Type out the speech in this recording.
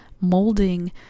molding